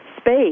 space